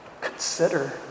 Consider